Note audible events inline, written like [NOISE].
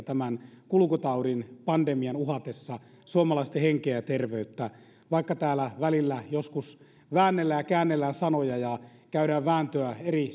[UNINTELLIGIBLE] tämän kulkutaudin pandemian uhatessa suomalaisten henkeä ja terveyttä vaikka täällä välillä joskus väännellään ja käännellään sanoja ja käydään vääntöä eri [UNINTELLIGIBLE]